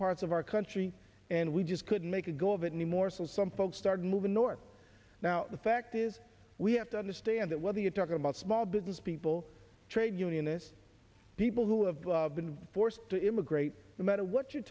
parts of our country and we just couldn't make a go of it anymore so some folks started moving north now the fact is we have to understand that whether you're talking about small business people trade unionists people who have been forced to immigrate the matter what you're